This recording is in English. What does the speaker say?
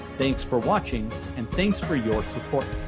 thanks for watching and thanks for your support.